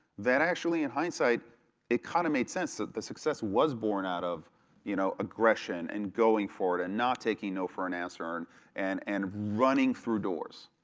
that actually in hindsight it kind of made sense. the success was born out of you know aggression, and going for it, and not taking no for an answer, and and and running through doors.